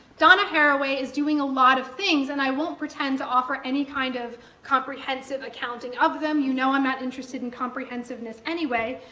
donna haraway is doing a lot of things, and i won't pretend to offer any kind of comprehensive accounting of them. you know i'm not interested in comprehensiveness anyway.